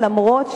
ל-18,